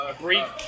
brief